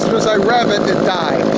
as i rev it, it dies.